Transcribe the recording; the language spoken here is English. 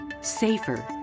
safer